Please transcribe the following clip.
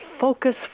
focus